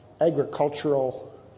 agricultural